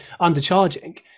undercharging